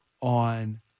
on